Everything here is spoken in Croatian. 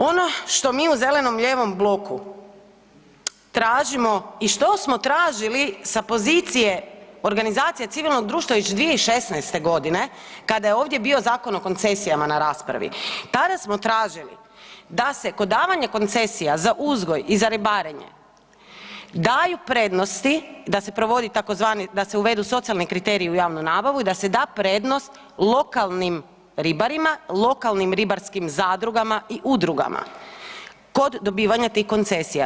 Ono što mi u zeleno-lijevom bloku tražimo i što smo tražili sa pozicije organizacije civilnog društva već 2016.g. kada je ovdje bio Zakon o koncesijama na raspravi, tada smo tražili da se kod davanja koncesija za uzgoj i za ribarenje daju prednosti da se uvedu socijalni kriteriji u javnu nabavu i da se da prednost lokalnim ribarima, lokalnim ribarskim zadrugama i udrugama kod dobivanja tih koncesija.